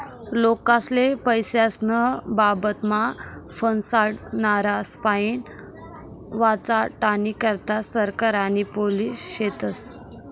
लोकेस्ले पैसास्नं बाबतमा फसाडनारास्पाईन वाचाडानी करता सरकार आणि पोलिस शेतस